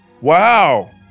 Wow